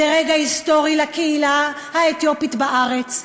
זה רגע היסטורי לקהילה האתיופית בארץ,